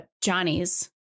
Johnny's